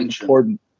important